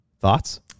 Thoughts